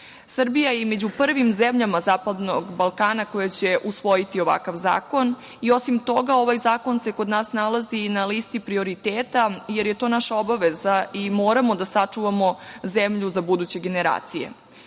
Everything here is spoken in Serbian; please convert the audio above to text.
je među prvim zemljama zapadnog Balkana koja će usvojiti ovakav zakon, a osim toga, ovaj zakon se kod nas nalazi i na listi prioriteta, jer je to naša obaveza i moramo da sačuvamo zemlju za buduće generacije. Usvajanje